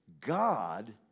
God